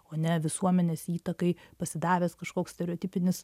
o ne visuomenės įtakai pasidavęs kažkoks stereotipinis